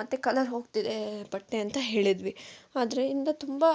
ಮತ್ತು ಕಲರ್ ಹೋಗ್ತಿದೇ ಬಟ್ಟೆ ಅಂತ ಹೇಳಿದ್ವಿ ಅದರಿಂದ ತುಂಬ